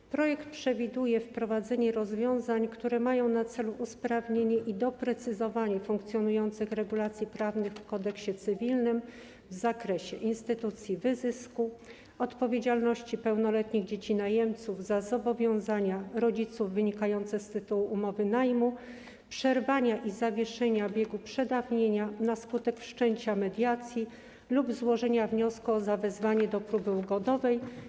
W projektowanej ustawie przewiduje się wprowadzenie rozwiązań, które mają na celu usprawnienie i doprecyzowanie regulacji prawnych funkcjonujących w Kodeksie cywilnym w zakresie instytucji wyzysku, odpowiedzialności pełnoletnich dzieci najemców za zobowiązania rodziców wynikające z tytułu umowy najmu, przerwania i zawieszenia biegu przedawnienia na skutek wszczęcia mediacji lub złożenia wniosku o zawezwanie do próby ugodowej.